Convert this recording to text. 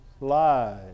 lies